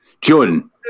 Jordan